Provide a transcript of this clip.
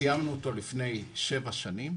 סיימנו אותו לפני שבע שנים,